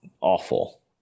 awful